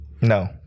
No